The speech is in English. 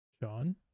John